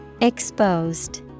Exposed